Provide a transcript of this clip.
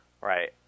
right